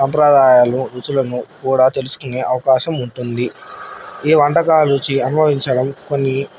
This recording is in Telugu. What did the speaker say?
సంప్రదాయాలు రుచులను కూడా తెలుసుకునే అవకాశం ఉంటుంది ఈ వంటకాల రుచి అనుభవించడం కొన్ని